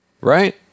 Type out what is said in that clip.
right